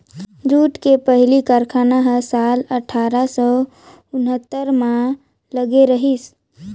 jute के पहिली कारखाना ह साल अठारा सौ उन्हत्तर म लगे रहिस